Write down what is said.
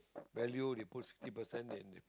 value you put sixty percent and